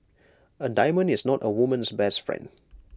A diamond is not A woman's best friend